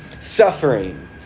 suffering